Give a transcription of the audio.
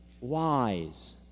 wise